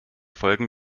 folgen